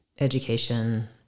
education